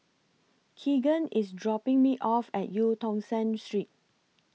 Keegan IS dropping Me off At EU Tong Sen Street